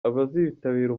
abazitabira